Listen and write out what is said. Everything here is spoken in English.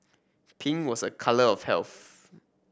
pink was a colour of health